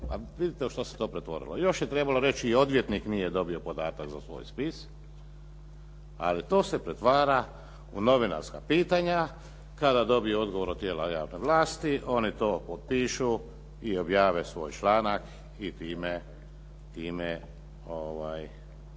Vidite u što se to pretvorilo. Još je trebalo reći i odvjetnik nije dobio podatak za svoj spis, ali to se pretvara u novinarska pitanja kada dobije odgovorno tijelo javne vlasti, oni to potpišu i objave svoj članak i time